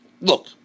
Look